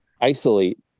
isolate